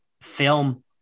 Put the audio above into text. film